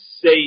say